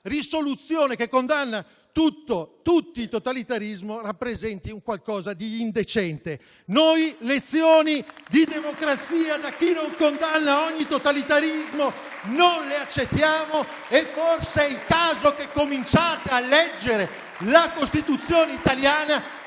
risoluzione che condanna tutti i totalitarismi rappresenti qualcosa di indecente. Noi lezioni di democrazia da chi non condanna ogni totalitarismo non le accettiamo. E forse è il caso che cominciate a leggere la Costituzione italiana,